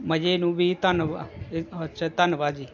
ਮਜ਼ੇ ਨੂੰ ਵੀ ਧੰਨਵਾਦ ਅੱਛਾ ਧੰਨਵਾਦ ਜੀ